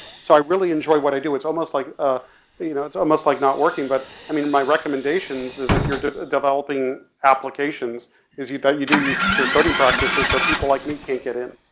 so i really enjoy what i do, it's almost like ah you know it's almost like not working, but i mean my recommendations is if you're developing applications is you you do use secure coding practices so people like me can't get in.